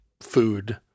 food